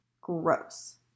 Gross